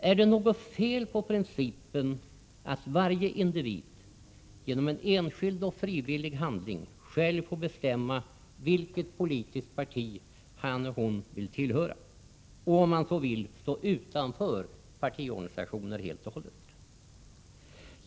Är det något fel på principen att varje individ genom en enskild och frivillig handling själv får bestämma vilket politiskt parti han eller hon vill tillhöra? Och får man, om man så vill, stå utanför partiorganisationen helt och hållet?